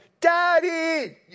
Daddy